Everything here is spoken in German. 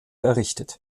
errichtet